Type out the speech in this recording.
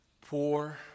poor